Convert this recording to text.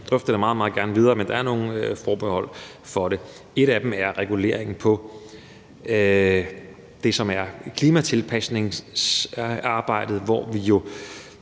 Jeg drøfter det meget, meget gerne videre, men der er nogle forbehold for det. Et af dem er reguleringen af det, som er klimatilpasningsarbejdet, hvor vi i